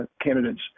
candidates